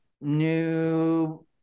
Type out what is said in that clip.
new